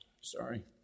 Sorry